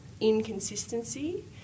inconsistency